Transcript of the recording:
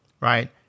right